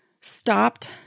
stopped